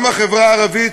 גם החברה הערבית,